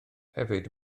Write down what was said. hefyd